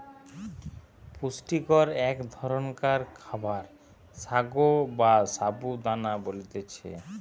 পুষ্টিকর এক ধরণকার খাবার সাগো বা সাবু দানা বলতিছে